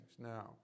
Now